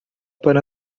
para